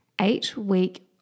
eight-week